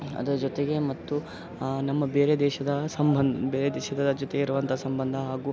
ಅದರ ಜೊತೆಗೆ ಮತ್ತು ನಮ್ಮ ಬೇರೆ ದೇಶದ ಸಂಬಂಧ ಬೇರೆ ದೇಶಗಳ ಜೊತೆ ಇರುವಂತಹ ಸಂಬಂಧ ಹಾಗೂ